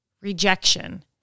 Rejection